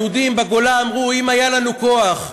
היהודים בגולה אמרו: אם היה כוח,